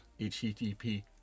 HTTP